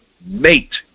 mate